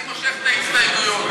אני מושך את ההסתייגויות.